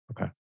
Okay